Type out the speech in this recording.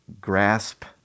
grasp